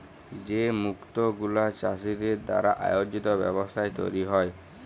যে মুক্ত গুলা চাষীদের দ্বারা আয়জিত ব্যবস্থায় তৈরী হ্যয়